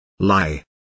Lie